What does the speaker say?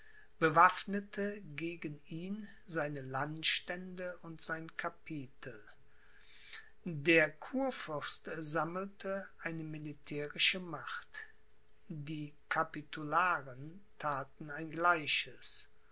bewaffnete gegen ihn seine landstände und sein capitel der kurfürst sammelte eine militärische macht die capitularen thaten ein gleiches